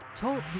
Talk